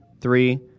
three